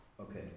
okay